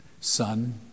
son